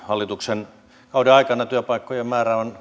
hallituksen kauden aikana työpaikkojen määrä on